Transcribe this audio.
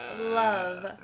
love